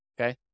okay